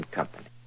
Company